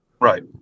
right